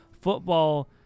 football